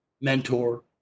mentor